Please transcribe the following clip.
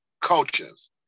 cultures